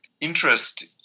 interest